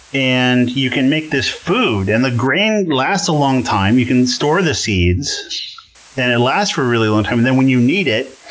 and you can make this food, and the grain lasts a long time. you can store the seeds and it lasts for a really long time. and then when you need it,